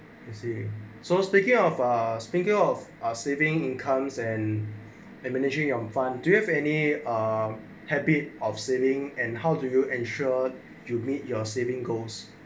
I see so speaking of ah speaker of our saving incomes and a managing your fun do you have any ah habit of saving and how do you ensure you meet your saving goals